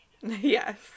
Yes